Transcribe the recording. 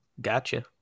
gotcha